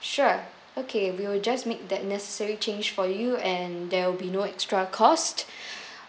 sure okay we'll just make that necessary change for you and there'll be no extra cost